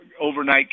overnight